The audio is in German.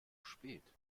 spät